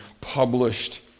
published